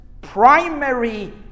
primary